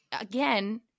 again